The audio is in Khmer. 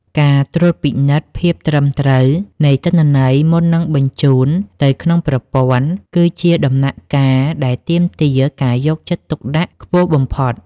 ការត្រួតពិនិត្យភាពត្រឹមត្រូវនៃទិន្នន័យមុននឹងបញ្ជូនទៅក្នុងប្រព័ន្ធ គឺជាដំណាក់កាលដែលទាមទារការយកចិត្តទុកដាក់ខ្ពស់បំផុត។